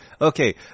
Okay